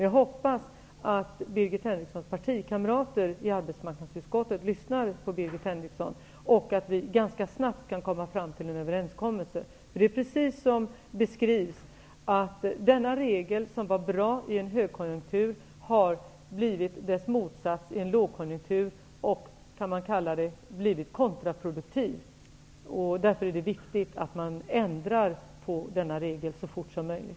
Jag hoppas att Birgit Henrikssons partikamrater i arbetsmarknadsutskottet lyssnar på Birgit Henriksson och att vi ganska snabbt skall kunna komma fram till en överenskommelse. Det är precis som det beskrivs -- denna regel som var bra i en högkonjunktur har fått motsatt verkan i en lågkonjunktur. Man kan säga att den har blivit kontraproduktiv. Därför är det viktigt att man ändrar på denna regel så fort som möjligt.